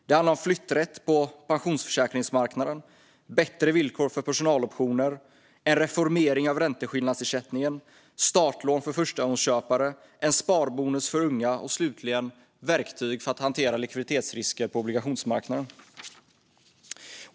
Det handlar om flytträtt på pensionsförsäkringsmarknaden, bättre villkor för personaloptioner, en reformering av ränteskillnadsersättningen, startlån för förstagångsköpare, en sparbonus för unga och slutligen verktyg för att hantera likviditetsrisker på obligationsmarknaden.